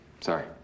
Sorry